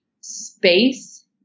space